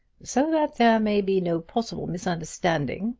so that there may be no possible misunderstanding,